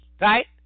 Right